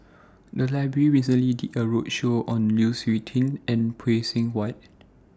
The Library recently did A roadshow on Lu Suitin and Phay Seng Whatt